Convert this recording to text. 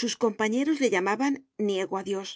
sus compañeros le llamaban niego á dios